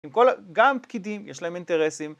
גם פקידים יש להם אינטרסים